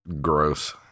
gross